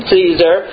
Caesar